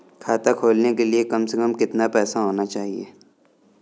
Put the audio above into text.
खाता खोलने के लिए कम से कम कितना पैसा होना चाहिए?